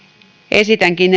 esitänkin